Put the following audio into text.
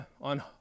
On